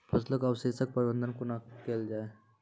फसलक अवशेषक प्रबंधन कूना केल जाये?